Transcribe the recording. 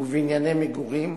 ובנייני מגורים,